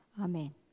Amen